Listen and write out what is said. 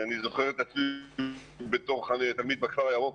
אני זוכר את עצמי בתור תלמיד בכפר הירוק.